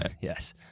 Yes